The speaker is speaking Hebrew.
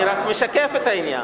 אני רק משקף את העניין.